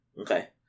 Okay